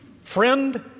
Friend